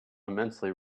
immensely